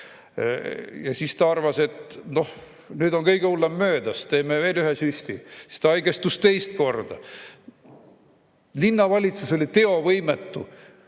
Siis ta arvas, et nüüd on kõige hullem möödas, teeme veel ühe süsti. Ja siis haigestus ta teist korda. Linnavalitsus oli teovõimetu.